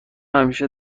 همیشه